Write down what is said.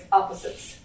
opposites